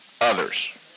others